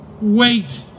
wait